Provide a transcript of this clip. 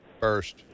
first